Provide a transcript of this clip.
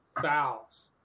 fouls